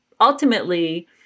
ultimately